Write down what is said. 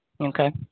Okay